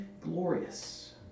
glorious